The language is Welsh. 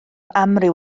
amryw